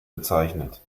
bezeichnet